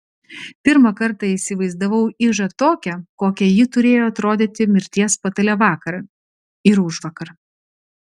pirmą kartą įsivaizdavau ižą tokią kokia ji turėjo atrodyti mirties patale vakar ir užvakar